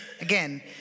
again